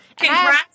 Congrats